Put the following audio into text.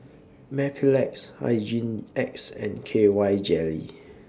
Mepilex Hygin X and K Y Jelly